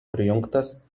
prijungtas